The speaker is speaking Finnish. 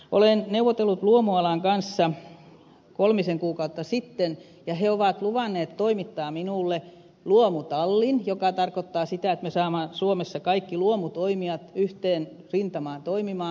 olen neuvotellut luomualan kanssa kolmisen kuukautta sitten ja minulle on luvattu toimittaa luomutalli joka tarkoittaa sitä että me saamme suomessa kaikki luomutoimijat yhteen rintamaan toimimaan